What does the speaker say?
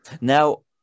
Now